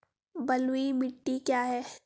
बलुई मिट्टी क्या है?